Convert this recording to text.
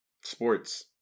Sports